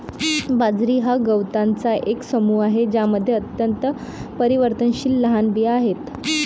बाजरी हा गवतांचा एक समूह आहे ज्यामध्ये अत्यंत परिवर्तनशील लहान बिया आहेत